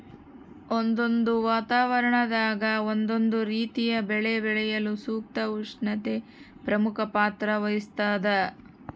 ಒಂದೊಂದು ವಾತಾವರಣದಾಗ ಒಂದೊಂದು ರೀತಿಯ ಬೆಳೆ ಬೆಳೆಯಲು ಸೂಕ್ತ ಉಷ್ಣತೆ ಪ್ರಮುಖ ಪಾತ್ರ ವಹಿಸ್ತಾದ